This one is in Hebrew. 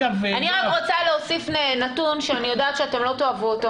אני רק רוצה להוסיף נתון שאני יודעת שאתם לא תאהבו אותו